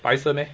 白色 meh